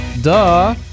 duh